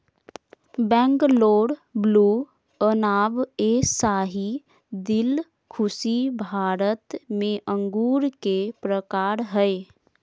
Bangalore blue, Anab e Shahi, दिलखुशी भारत में अंगूर के प्रकार हय